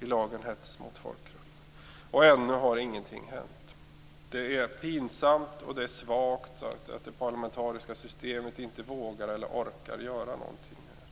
lagen om hets mot folkgrupp. Ännu har ingenting hänt. Det är pinsamt och svagt att det parlamentariska systemet inte vågar eller orkar göra någonting här.